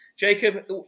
Jacob